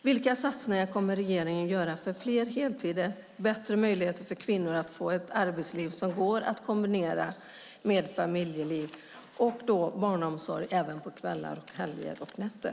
Vilka satsningar kommer regeringen att göra för fler heltider, för bättre möjligheter för kvinnor att få ett arbetsliv som går att kombinera med familjeliv samt för barnomsorg, även på kvällar, helger och nätter?